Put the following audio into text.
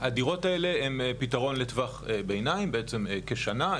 הדירות האלה הן פתרון לטווח ביניים כשנה,